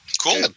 Cool